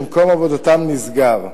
שמקום עבודתם נסגר.